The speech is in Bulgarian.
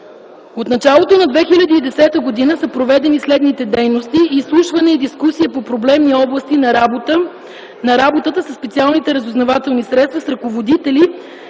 От началото на 2010 г. са проведени следните дейности: изслушване и дискусия по проблемни области на работата със специалните разузнавателни средства с ръководители